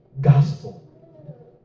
gospel